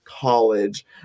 college